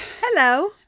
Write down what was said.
Hello